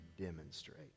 demonstrate